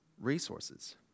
resources